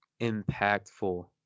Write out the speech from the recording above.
impactful